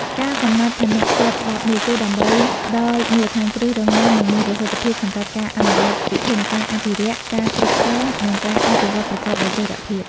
ការកំណត់ឋានៈស្របច្បាប់នេះ គឺដើម្បីផ្តល់មូលដ្ឋានគ្រឹះរឹងមាំ និងមានប្រសិទ្ធភាពសម្រាប់ការអនុវត្តវិធានការអភិរក្ស ការគ្រប់គ្រង និងការអភិវឌ្ឍប្រកបដោយចីរភាព។